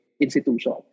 institution